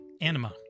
Anima